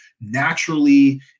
naturally